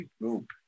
group